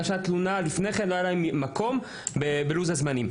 מקום בלוח הזמנים.